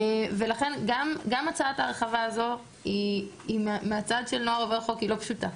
ולכן גם הצעת הרחבה הזו מהצד של הנוער והחוק היא לא פשוטה.